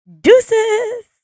Deuces